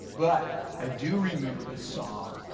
but i do remember the song.